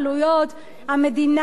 המדינה בעצם,